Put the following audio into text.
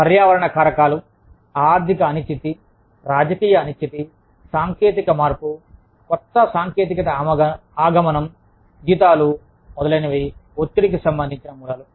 పర్యావరణ కారకాలు ఆర్థిక అనిశ్చితి రాజకీయ అనిశ్చితి సాంకేతిక మార్పు కొత్త సాంకేతికత ఆగమనం జీతాలు మొదలైనవి ఒత్తిడికి సంబంధించిన మూలాలు